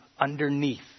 underneath